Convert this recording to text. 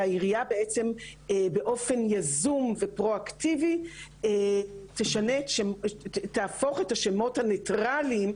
שהעיריה בעצם באופן יזום ופרו-אקטיבי תהפוך את השמות הניטרליים,